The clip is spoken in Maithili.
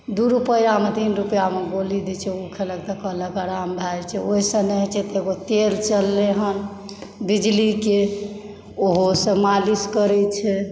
दू रुपैआमे तीन रुपैआमे गोली दैत छै ओ खेलक तऽ कहलक आराम भए जाइत छै ओहिसँ होयत छै तऽ एगो तेल चललय हँ बिजलीके ओहोसँ मालिश करैत छै